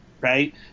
right